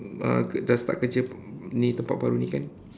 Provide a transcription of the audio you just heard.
uh dah start kerja ini tempat baru ini kan